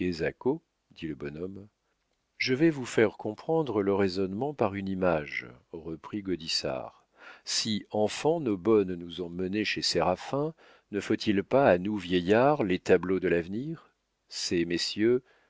le bonhomme je vais vous faire comprendre le raisonnement par une image reprit gaudissart si enfants nos bonnes nous ont menés chez séraphin ne faut-il pas à nous vieillards les tableaux de l'avenir ces messieurs